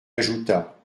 ajouta